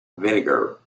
vinegar